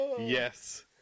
Yes